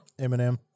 Eminem